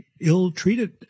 ill-treated